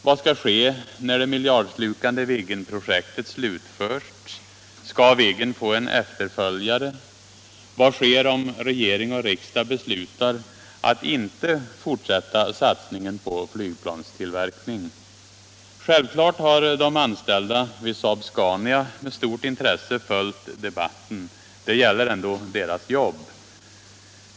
Vad skall ske när det miljardslukande Viggenprojektet slutförts? Skall Viggen få en efterföljare? Vad sker om regering och riksdag beslutar att inte fortsätta satsningen på flygplanstillverkning? Självklart har de anställda vid SAAB-SCANIA med stort intresse följt debatten. Det gäller ändå deras jobb.